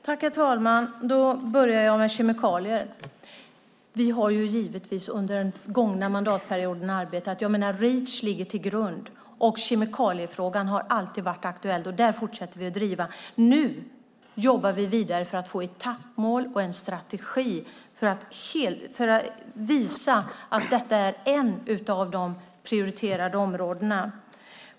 Herr talman! Jag börjar med frågan om kemikalier. Reach ligger till grund och kemikaliefrågan har alltid varit aktuell. Den fortsätter vi att driva. Nu jobbar vi vidare för att få etappmål och en strategi för att visa att detta är ett av de prioriterade områdena.